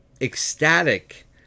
ecstatic